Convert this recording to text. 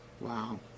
Wow